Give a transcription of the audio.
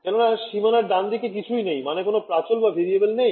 কেননা সীমানার ডানদিকে কিছুই নেই মানে কোন প্রাচল নেই